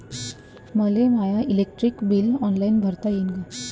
मले माय electric bill online भरता येईन का?